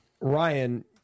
Ryan